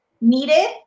needed